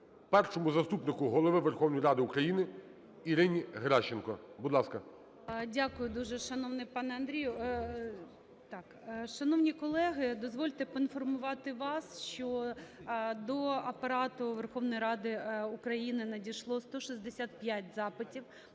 Перший заступник Голови Верховної Ради України ГЕРАЩЕНКО І.В. 11:17:41 ГОЛОВУЮЧИЙ. Дякую дуже, шановний пане Андрію. Шановні колеги, дозвольте поінформувати вас, що до Апарату Верховної Ради України надійшло 165 запитів